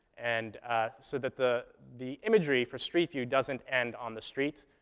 and so that the the imagery for street view doesn't end on the street,